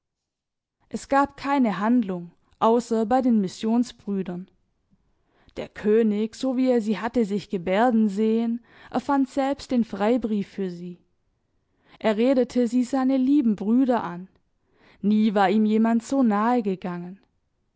es gab keine handlung außer bei den missionsbrüdern der könig so wie er sie hatte sich gebärden sehn erfand selbst den freibrief für sie er redete sie seine lieben brüder an nie war ihm jemand so nahegegangen